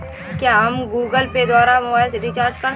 क्या हम Google Pay द्वारा मोबाइल रिचार्ज कर सकते हैं?